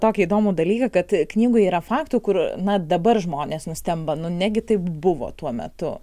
tokį įdomų dalyką kad knygoje yra faktų kur na dabar žmonės nustemba nu negi taip buvo tuo metu